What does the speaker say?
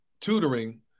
tutoring